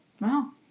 Wow